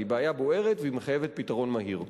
היא בעיה בוערת והיא מחייבת פתרון מהיר.